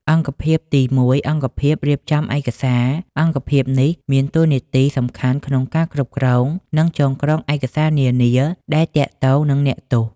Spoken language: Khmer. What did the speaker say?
អង្គភាពទី ១ អង្គភាពរៀបចំឯកសារ អង្គភាពនេះមាននាទីសំខាន់ក្នុងការគ្រប់គ្រង និងចងក្រងឯកសារនានាដែលទាក់ទងនឹងអ្នកទោស។